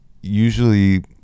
usually